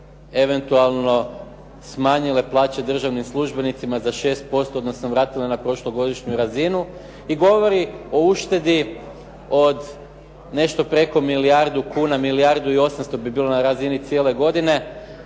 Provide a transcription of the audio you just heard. eventualno smanjile plaće državnim službenicima za 6%, odnosno vratile na prošlogodišnju razinu i govori o uštedi od nešto preko milijardu kuna, milijardu i 800 bi bilo na razini cijele godine,